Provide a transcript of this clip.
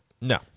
No